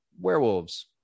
werewolves